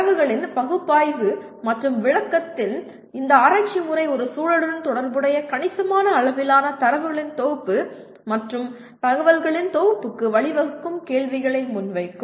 தரவுகளின் பகுப்பாய்வு மற்றும் விளக்கத்தின் இந்த ஆராய்ச்சி முறை ஒரு சூழலுடன் தொடர்புடைய கணிசமான அளவிலான தரவுகளின் தொகுப்பு மற்றும் தகவல்களின் தொகுப்புக்கு வழிவகுக்கும் கேள்விகளை முன்வைக்கும்